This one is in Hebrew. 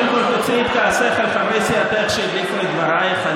קודם כול תוציאי את כעסך על חברי סיעתך שהדליפו את דברייך.